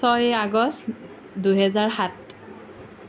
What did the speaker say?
ছয় আগষ্ট দুই হেজাৰ সাত